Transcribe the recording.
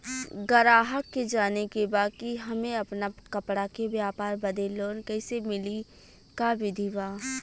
गराहक के जाने के बा कि हमे अपना कपड़ा के व्यापार बदे लोन कैसे मिली का विधि बा?